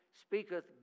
speaketh